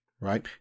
right